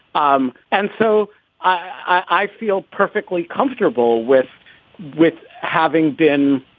um and so i feel perfectly comfortable with with having been.